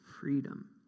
freedom